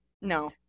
No